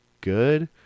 good